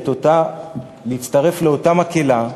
להצטרף לאותה מקהלה,